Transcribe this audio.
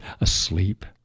asleep